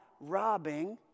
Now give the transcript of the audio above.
robbing